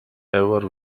ever